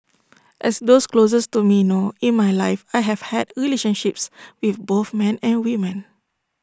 as those closest to me know in my life I have had relationships with both men and women